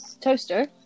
Toaster